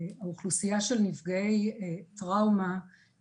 האוכלוסייה של נפגעי טראומה,